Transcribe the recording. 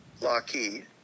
Lockheed